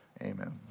amen